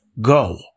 go